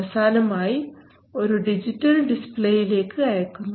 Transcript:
അവസാനമായി ഒരു ഡിജിറ്റൽ ഡിസ്പ്ലേയിലേക്ക് അയക്കുന്നു